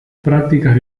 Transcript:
prácticas